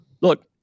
look